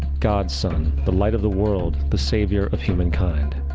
god's sun, the light of the world, the savior of human kind.